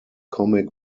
comic